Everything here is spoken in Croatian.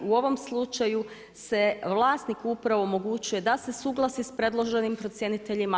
U ovom slučaju se vlasniku upravo omogućuje da se suglasi sa predloženim procjeniteljima.